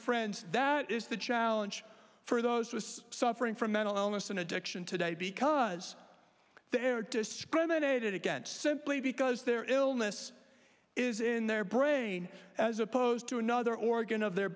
friend that is the challenge for those who was suffering from mental illness and addiction today because they're discriminated against simply because their illness is in their brain as opposed to another organ of their